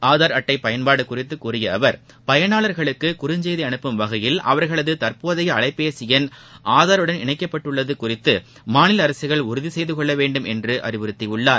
ஆதார் அட்டை பயன்பாடு குறித்து கூறிய அவர் பயனாளர்களுக்கு குறுஞ்செய்தி அனுப்பும் வகையில் அவர்களது தற்போதைய அலைபேசி எண் ஆதாருடன் இணைக்கப்பட்டுள்ளது குறித்து மாநில அரசுகள் உறுதி செய்து கொள்ள வேண்டும் என்று அறிவுறுத்தி உள்ளார்